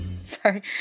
Sorry